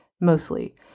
mostly